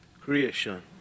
creation